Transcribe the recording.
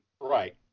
Right